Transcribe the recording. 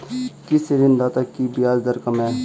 किस ऋणदाता की ब्याज दर कम है?